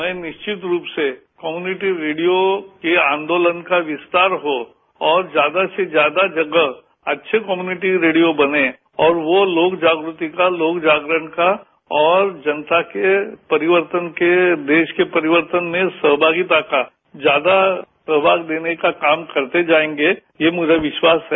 मैं निश्चित रूप से कम्यूनिटी रेडियो के आंदोलन का विस्तार हो और ज्यादा से ज्यादा जगह अच्छे कम्यूनिटी रेडियो बनें और वो लोक जागृति का लोक जागरण का और जनता के परिवर्तन के देश के परिवर्तन में सहभागिता का ज्यादा प्रभाग देने का काम करते जायेंगे यह मुझे विश्वास है